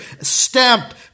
stamped